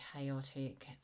chaotic